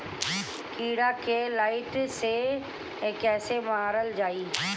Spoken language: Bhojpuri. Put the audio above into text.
कीड़ा के लाइट से कैसे मारल जाई?